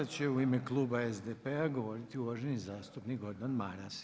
Sad će u ime kluba SDP-a govoriti uvaženi zastupnik Gordan Maras.